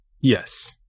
yes